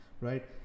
right